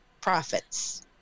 profits